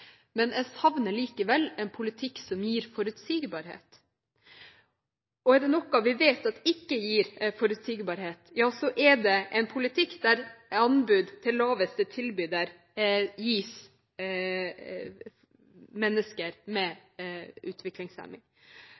noe vi vet at ikke gir forutsigbarhet, er det en politikk der anbud til laveste tilbyder gis mennesker med